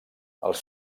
els